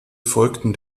folgten